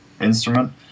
instrument